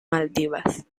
maldivas